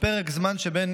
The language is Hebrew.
פרק הזמן הוא בין